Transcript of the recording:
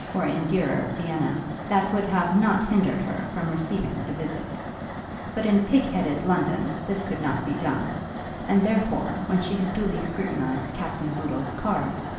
or in dearer vienna, that would have not hindered her from receiving the visit but in pigheaded london this could not be done and, therefore, when she had duly scrutinized captain boodle's card,